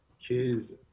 kids